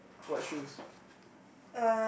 what shoes